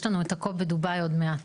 יש לנו את ה-COP בדובאי עוד מעט,